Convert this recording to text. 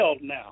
now